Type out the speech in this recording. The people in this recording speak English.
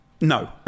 No